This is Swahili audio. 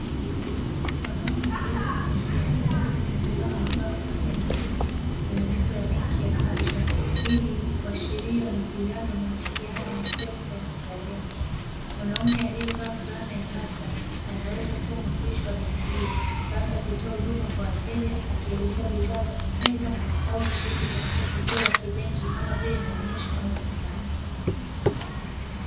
Wanaume wawili wakiongea ambapo mmoja wao amevaa fulana nyekundu yenye nembo ya benki ya "ABSA" . Hii ni uashirio wa mwingiliano unaohusiana na sekta ya benki. Mwanaume alievaa fulana ya "ABSA" anaweza kuwa mwakilishi wa benki hio labda akiwa akitoa huduma kwa wateja akielezea bidhaa za kifedha au kushiriki katika tukio la kibenki kama vile maonesho au mkutano.